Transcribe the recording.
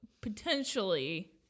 potentially